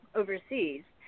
overseas